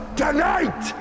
tonight